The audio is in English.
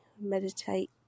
meditate